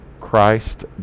Christ